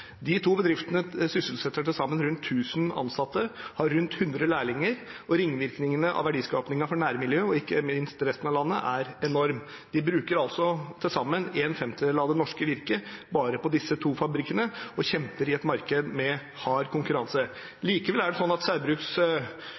De to bedriftene sysselsetter til sammen rundt 1 000 ansatte og har rundt 100 lærlinger, og ringvirkningene av verdiskapingen for nærmiljøet og ikke minst for resten av landet er enorm. De bruker altså til sammen én femtedel av det norske virket bare på disse to fabrikkene, og de kjemper i et marked med hard konkurranse. Likevel er det sånn